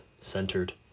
centered